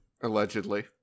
Allegedly